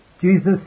Jesus